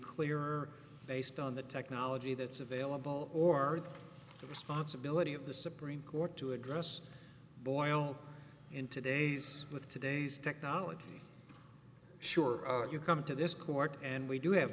clear based on the technology that's available or responsibility of the supreme court to address boil in today's with today's technology sure you come to this court and we do have